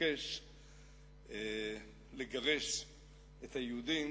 התעקש לגרש את היהודים